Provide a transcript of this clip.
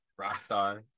Rockstar